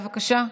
בבקשה?